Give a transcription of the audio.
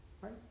Right